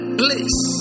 place